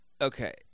Okay